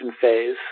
phase